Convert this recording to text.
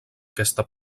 aquesta